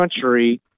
country